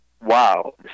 wow